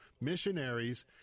missionaries